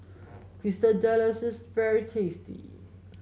quesadillas is very tasty